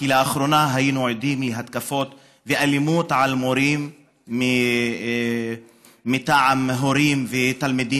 כי לאחרונה היינו עדים להתקפות ואלימות כלפי מורים מטעם הורים ותלמידים.